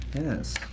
Yes